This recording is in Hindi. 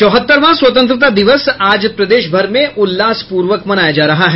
चौहत्तरवां स्वतंत्रता दिवस आज प्रदेश भर में उल्लासपूर्वक मनाया जा रहा है